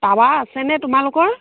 তাৱা আছেনে তোমালোকৰ